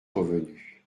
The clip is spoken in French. revenu